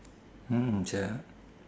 mm sia